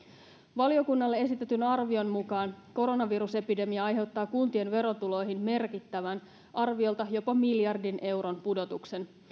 valiokunnalle esitetyn arvion mukaan koronavirusepidemia aiheuttaa kuntien verotuloihin merkittävän arviolta jopa miljardin euron pudotuksen